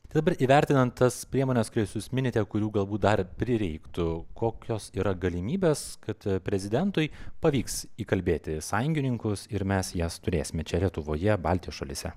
dabar įvertinant tas priemones kurias jūs minite kurių galbūt dar prireiktų kokios yra galimybės kad prezidentui pavyks įkalbėti sąjungininkus ir mes jas turėsime čia lietuvoje baltijos šalyse